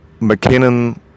McKinnon